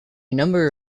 number